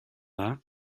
dda